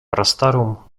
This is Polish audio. prastarą